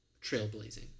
trailblazing